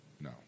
No